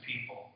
people